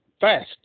fast